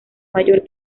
mayor